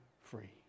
free